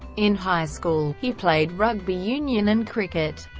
in high school, he played rugby union and cricket,